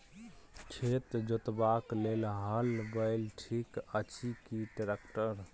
खेत जोतबाक लेल हल बैल ठीक अछि की ट्रैक्टर?